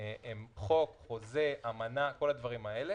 חוק, חוזה, אמנה, כל הדברים האלה